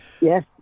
Yes